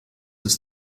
ist